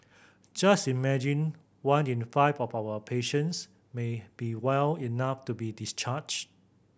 just imagine one in five of our patients may be well enough to be discharged